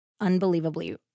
unbelievably